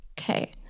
Okay